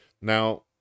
now